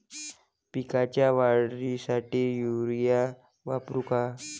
पिकाच्या वाढीसाठी युरिया वापरू का?